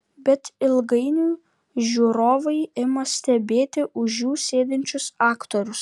bet ilgainiui žiūrovai ima stebėti už jų sėdinčius aktorius